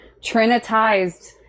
trinitized